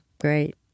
great